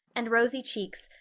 and rosy cheeks,